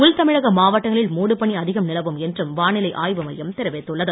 உள் தமிழக மாவட்டங்களில் மூடுபனி அதிகம் நிலவும் என்றும் வானிலை ஆய்வு மையம் தெரிவித்துள்ளது